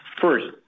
First